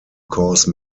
cause